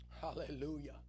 Hallelujah